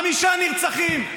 חמישה נרצחים.